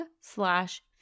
slash